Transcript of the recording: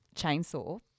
chainsaw